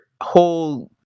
whole